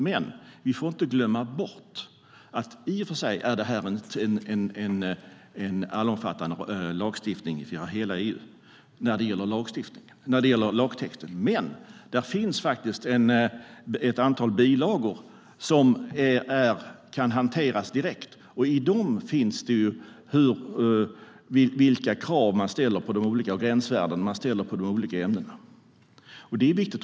Det här är i och för sig en allomfattande lagstiftning där lagtexten gäller hela EU, men vi får inte glömma bort att där faktiskt finns ett antal bilagor som kan hanteras direkt. I dem anges vilka krav man ställer på de olika gränsvärdena och de olika ämnena. Det är viktigt.